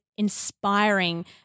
inspiring